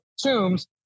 tombs